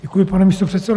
Děkuji, pane místopředsedo.